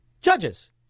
judges